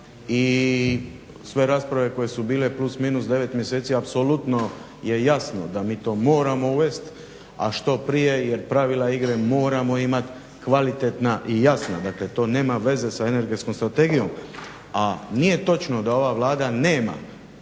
i sve rasprave koje su bile plus, minus 9 mjeseci apsolutno je jasno da mi to moramo uvest, a što prije jer pravila igre moramo imat kvalitetna i jasna. Dakle, to nema veze sa energetskom strategijom, a nije točno da ova Vlada nema